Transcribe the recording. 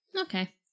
Okay